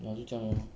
ya 就这样 lor